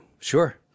sure